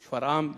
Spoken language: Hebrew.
שפרעם,